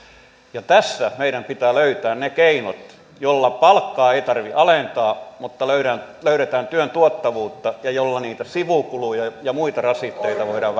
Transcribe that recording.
ulkoa tässä meidän pitää löytää ne keinot joilla palkkaa ei tarvitse alentaa mutta löydetään löydetään työn tuottavuutta ja joilla niitä sivukuluja ja muita rasitteita voidaan